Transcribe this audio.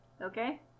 Okay